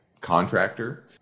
contractor